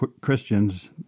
Christians